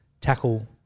tackle